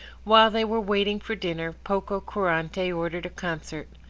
while they were waiting for dinner pococurante ordered a concert.